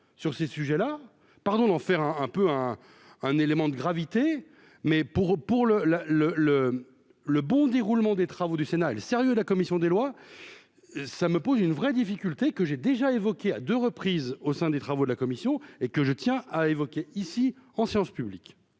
sur ces sujets-là, pardon, d'en faire un un peu un un élément de gravité mais pour pour le la, le, le, le bon déroulement des travaux du Sénat et le sérieux de la commission des lois, ça me pose une vraie difficulté que j'ai déjà évoqué à 2 reprises au sein des travaux de la commission et que je tiens à évoquer ici en séance publique.